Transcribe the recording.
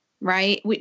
right